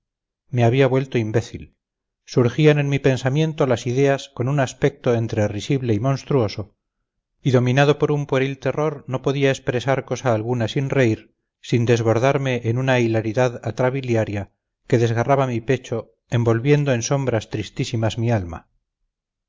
me había vuelto imbécil surgían en mi pensamiento las ideas con un aspecto entre risible y monstruoso y dominado por un pueril terror no podía expresar cosa alguna sin reír sin desbordarme en una hilaridad atrabiliaria que desgarraba mi pecho envolviendo en sombras tristísimas mi alma